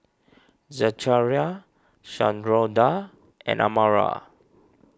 Zechariah Sharonda and Amara